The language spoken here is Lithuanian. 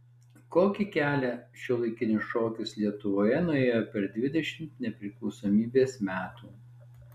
kokį kelią šiuolaikinis šokis lietuvoje nuėjo per dvidešimt nepriklausomybės metų